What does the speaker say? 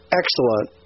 excellent